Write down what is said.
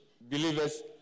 believers